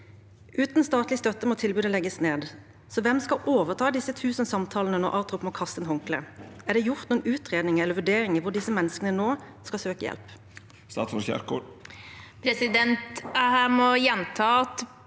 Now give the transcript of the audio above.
Uten statlig støtte må tilbudet legges ned. Hvem skal overta disse 1 000 samtalene når ATROP må kaste inn håndkleet? Er det gjort noen utredninger eller vurderinger av hvor disse menneskene nå skal søke hjelp?